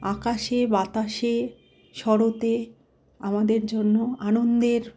আকাশে বাতাসে শরতে আমাদের জন্য আনন্দের